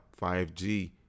5G